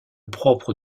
propre